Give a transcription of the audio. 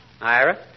Ira